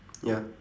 ya